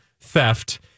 theft